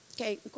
Okay